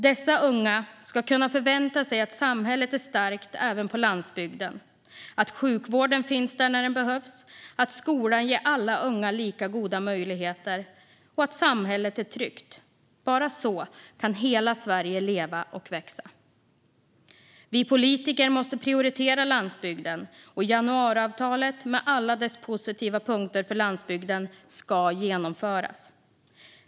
Dessa unga ska kunna förvänta sig att samhället är starkt även på landsbygden, att sjukvården finns där när den behövs, att skolan ger alla unga lika goda möjligheter och att samhället är tryggt. Bara på det sättet kan hela Sverige leva och växa. Vi politiker måste prioritera landsbygden. Januariavtalet med alla dess positiva punkter för landsbygden ska genomföras.